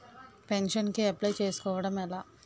Pension కి apply చేసుకోవడం ఎలా?